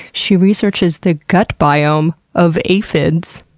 she researches the gut biome of aphids.